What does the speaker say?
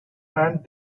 and